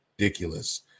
ridiculous